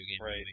Right